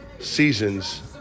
seasons